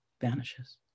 vanishes